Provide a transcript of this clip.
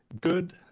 good